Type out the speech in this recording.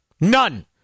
None